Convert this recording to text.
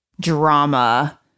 drama